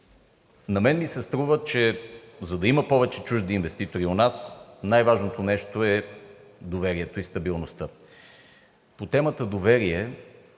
На мен ми се струва, че за да има повече чужди инвеститори у нас, най-важното нещо е доверието и стабилността. По темата „доверие“